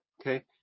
Okay